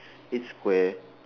it's square